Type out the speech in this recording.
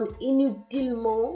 inutilement